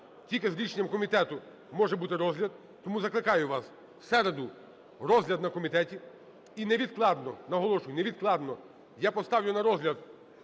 Тільки з рішенням комітету може бути розгляд. Тому закликаю вас – в середу розгляд на комітеті. І невідкладно, наголошую, невідкладно я поставлю на розгляд